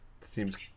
Seems